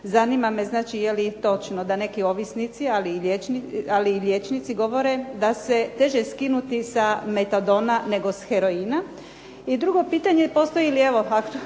Zanima me znači je li točno da neki ovisnici, ali i liječnici govore da se teže skinuti sa metadona, nego s heroina. I drugo pitanje, postoji li evo